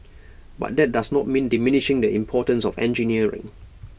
but that does not mean diminishing that importance of engineering